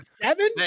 seven